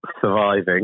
surviving